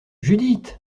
judith